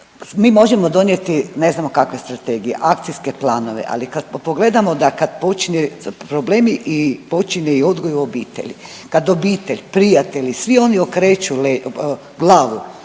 mi možemo donijeti ne znamo kakve strategije i akcijske planove, ali kad pogledamo da kad počinju problemi i počinje i odgoj u obitelji. Kad obitelj, prijatelji i svi oni okreću le…,